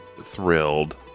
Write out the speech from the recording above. thrilled